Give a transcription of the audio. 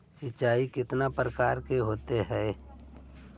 सिंचाई कितने प्रकार के होते हैं?